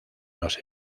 los